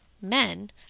Men